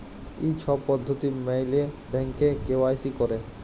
ই ছব পদ্ধতি ম্যাইলে ব্যাংকে কে.ওয়াই.সি ক্যরে